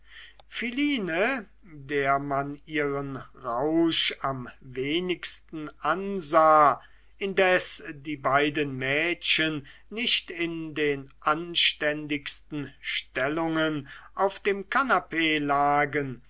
philine der man ihren rausch am wenigsten ansah indes die beiden mädchen nicht in den anständigsten stellungen auf dem kanapee lagen